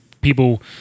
people